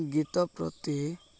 ଗୀତ ପ୍ରତି